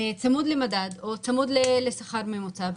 צמוד למדד או צמוד לשכר הממוצע,